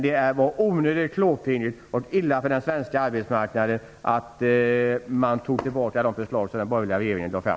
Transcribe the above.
Det var onödigt klåfingrigt och det var illa för den svenska arbetsmarknaden att man tog tillbaka de förslag som den borgerliga regeringen lade fram.